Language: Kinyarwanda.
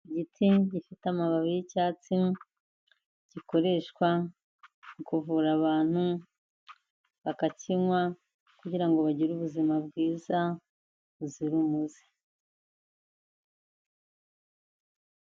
Igiti gifite amababi y'icyatsi, gikoreshwa mu kuvura abantu, bakakinywa kugira ngo bagire ubuzima bwiza buzira umuze.